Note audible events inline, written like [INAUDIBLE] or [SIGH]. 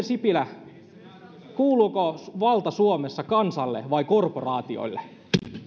[UNINTELLIGIBLE] sipilä kuuluuko valta suomessa kansalle vai korporaatioille